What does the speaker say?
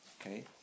okay